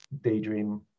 daydream